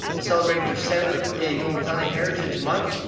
celebrating their seventh annual italian heritage month,